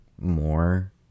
more